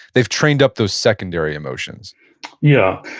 they've trained up those secondary emotions yeah.